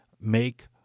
make